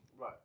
Right